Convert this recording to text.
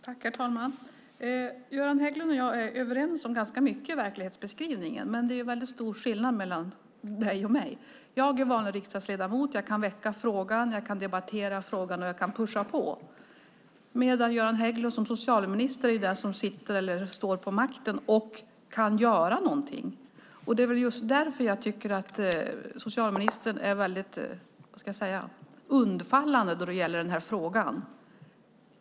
Herr talman! Göran Hägglund och jag är överens om ganska mycket i verklighetsbeskrivningen, men det finns en stor skillnad mellan honom och mig. Jag är vanlig riksdagsledamot. Jag kan väcka frågan, jag kan debattera den och jag kan pusha på. Göran Hägglund är som socialminister den som sitter på makten och kan göra någonting. Det är just därför jag tycker att socialministern är väldigt undfallande i frågan.